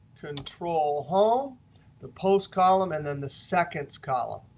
control-home, the post column and then the seconds column.